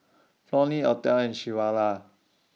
Flonnie Othel and Shawanda